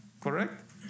correct